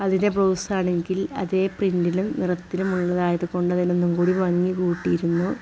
അതിൻ്റെ ബ്ലൗസ് ആണെങ്കിൽ അതേ പ്രിന്റിലും നിറത്തിലുമുള്ളതായതുകൊണ്ടതിനൊന്നുംകൂടിം ഭംഗി കൂട്ടിയിരുന്നു